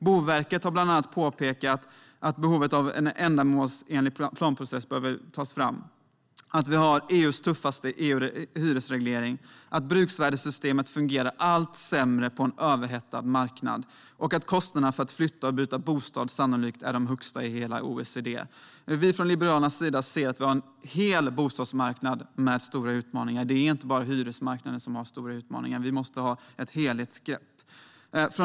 Boverket har bland annat påpekat att en ändamålsenlig planprocess behöver tas fram, att vi har EU:s tuffaste hyresreglering, att bruksvärdessystemet fungerar allt sämre på en överhettad marknad och att kostnaderna för att flytta och byta bostad sannolikt är de högsta i hela OECD. Liberalerna ser en hel bostadsmarknad med utmaningar. Det är inte bara hyresmarknaden som har stora utmaningar. Vi måste därför ta ett helhetsgrepp.